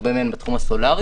הרבה מהן בתחום הסולארי.